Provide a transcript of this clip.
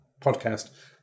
podcast